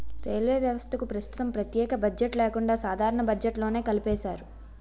railway వ్యవస్థకు ప్రస్తుతం ప్రత్యేక బడ్జెట్ లేకుండా సాధారణ బడ్జెట్లోనే కలిపేశారు